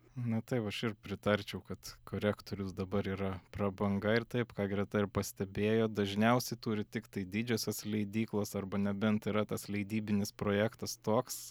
na taip aš ir pritarčiau kad korektorius dabar yra prabanga ir taip ką greta ir pastebėjo dažniausiai turi tiktai didžiosios leidyklos arba nebent yra tas leidybinis projektas toks